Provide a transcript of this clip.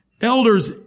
elders